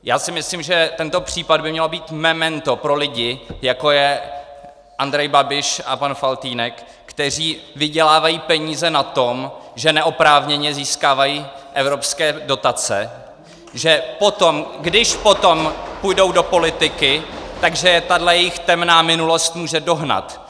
Já si myslím, že tento případ by mělo být memento pro lidi, jako je Andrej Babiš a pan Faltýnek, kteří vydělávají peníze na tom, že neoprávněně získávají evropské dotace , že když potom půjdou do politiky, tak že tahle jejich temná minulost je může dohnat.